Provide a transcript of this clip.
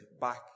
back